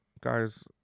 guys